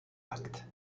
act